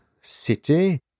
City